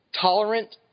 tolerant